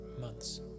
months